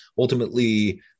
Ultimately